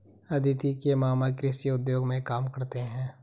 अदिति के मामा कृषि उद्योग में काम करते हैं